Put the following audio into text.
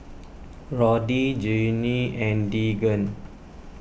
Roddy Genie and Deegan